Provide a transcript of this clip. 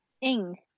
ing